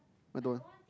I don't want